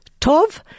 Tov